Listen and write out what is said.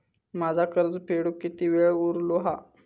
माझा कर्ज फेडुक किती वेळ उरलो हा?